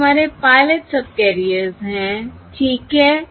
ये हमारे pilot subcarriers हैं ठीक है